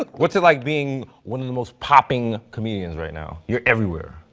but what's it like being one of the most popping comedians right now? you're everywhere.